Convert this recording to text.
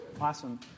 Awesome